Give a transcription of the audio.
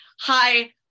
hi